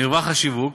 מרווח השיווק,